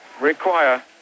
require